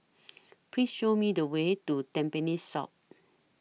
Please Show Me The Way to Tampines South